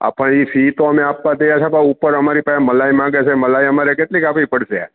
આ પણ ઈ ફી તો તમે આપવા તૈયાર છે પણ અમારી પાંહે મલાઈ માંગે છે મલાઈ અમારે કેટલીક આપવી પડશે